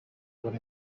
when